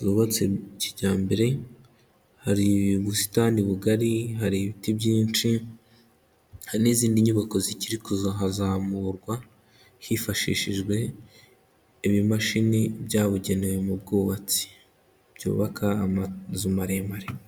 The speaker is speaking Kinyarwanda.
zubatse kijyambere hari ubusitani bugari, hari ibiti byinshi, hari n'izindi nyubako zikiri kuzahazamurwa hifashishijwe ibimashini byabugenewe mu bwubatsi byubaka amazu maremare.